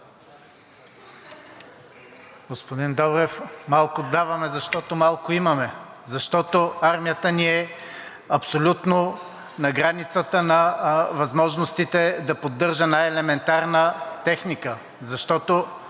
Господин Добрев, малко даваме, защото малко имаме. Защото армията ни е абсолютно на границата на възможностите да поддържа най-елементарна техника. Защото